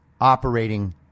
operating